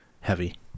heavy